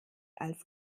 als